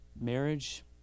Marriage